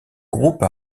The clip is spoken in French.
groupes